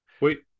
wait